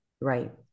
right